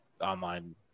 online